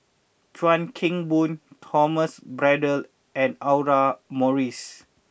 Chuan Keng Boon Thomas Braddell and Audra Morrice